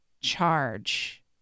charge